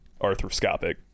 arthroscopic